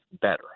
better